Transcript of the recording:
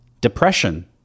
Depression